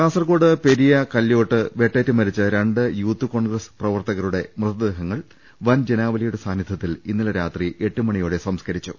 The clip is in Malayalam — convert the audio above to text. കാസർകോഡ് പെരിയ കല്ല്യോട്ട് വെട്ടേറ്റ് മരിച്ച രണ്ട് യൂത്ത് കോൺഗ്രസ് പ്രവർത്തകരുടെ മൃതദേഹങ്ങൾ വൻ ജനാവലിയുടെ സാന്നിധൃത്തിൽ ഇന്നലെ രാത്രി എട്ടു മണിയോടെ സംസ്ക്കരിച്ചു